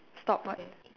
stop what